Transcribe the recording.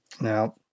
Now